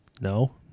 No